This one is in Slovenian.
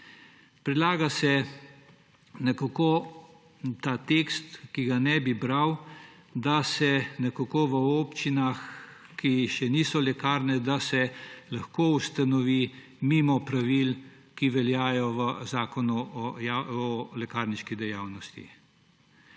Predlaga se v tem tekstu, ki ga ne bi bral, da se lahko v občinah, kjer še ni lekarn, te ustanovijo mimo pravil, ki veljajo v Zakonu o lekarniški dejavnosti.